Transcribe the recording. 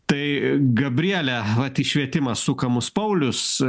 tai gabriele vat į švietimą sukamus paulius